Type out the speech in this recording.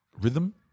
rhythm